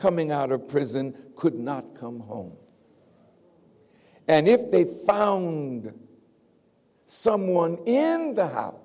coming out of prison could not come home and if they found someone in the house